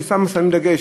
ששם שמים דגש,